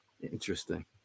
interesting